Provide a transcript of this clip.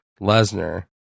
lesnar